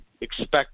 expect